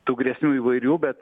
tų grėsmių įvairių bet